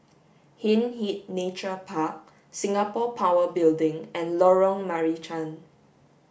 Hindhede Nature Park Singapore Power Building and Lorong Marican